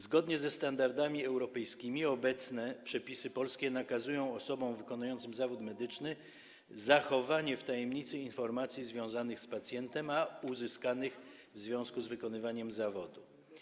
Zgodnie ze standardami europejskimi obecne polskie przepisy nakazują osobom wykonującym zawód medyczny zachowanie w tajemnicy informacji związanych z pacjentem, a uzyskanych w związku z wykonywaniem zawodu.